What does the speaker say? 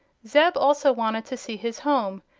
zeb also wanted to see his home,